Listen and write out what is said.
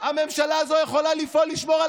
הממשלה הזאת יכולה לפעול לשמור על